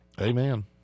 Amen